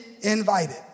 invited